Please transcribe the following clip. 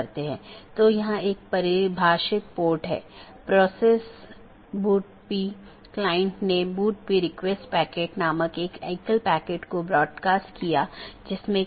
हालाँकि एक multi home AS को इस प्रकार कॉन्फ़िगर किया जाता है कि यह ट्रैफिक को आगे न बढ़ाए और पारगमन ट्रैफिक को आगे संचारित न करे